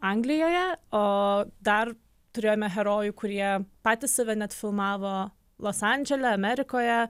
anglijoje o dar turėjome herojų kurie patys save net filmavo los andžele amerikoje